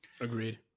Agreed